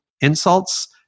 insults